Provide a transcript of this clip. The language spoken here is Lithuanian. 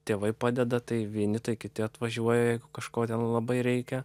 tėvai padeda tai vieni tai kiti atvažiuoja jeigu kažko ten labai reikia